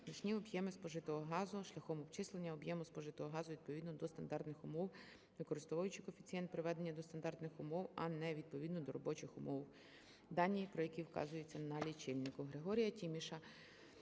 значні об'єми спожитого газу шляхом обчислення об'єму спожитого газу відповідно до стандартних умов, використовуючи коефіцієнт приведення до стандартних умов, а не відповідно до робочих умов, дані про які вказуються на лічильнику.